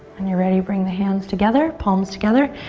and you're ready, bring the hands together, palms together,